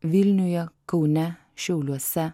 vilniuje kaune šiauliuose